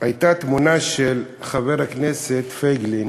הייתה תמונה של חבר הכנסת פייגלין